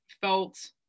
felt